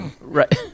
Right